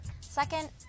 Second